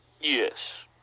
Yes